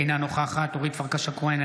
אינה נוכחת אורית פרקש הכהן,